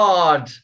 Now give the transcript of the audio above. God